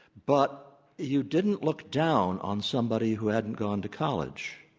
but you didn't look down on somebody who hadn't gone to college.